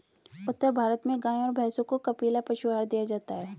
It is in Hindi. उत्तर भारत में गाय और भैंसों को कपिला पशु आहार दिया जाता है